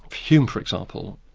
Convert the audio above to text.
hume, for example,